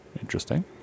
Interesting